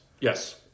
Yes